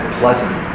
pleasant